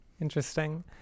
Interesting